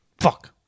Fuck